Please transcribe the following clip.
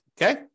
Okay